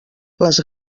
les